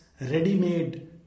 ready-made